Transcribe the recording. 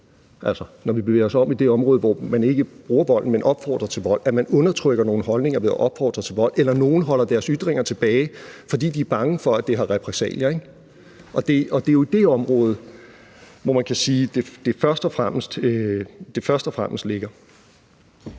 når vi bevæger os om i det område, hvor man ikke bruger vold, men opfordrer til vold, at man undertrykker nogle holdninger ved at opfordre til vold, eller at nogle holder deres ytringer tilbage, fordi de er bange for, at det har repressalier. Det er jo i det område, hvor man kan sige, at det først og fremmest ligger.